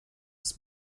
ist